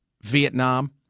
Vietnam